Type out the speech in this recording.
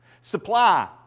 supply